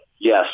Yes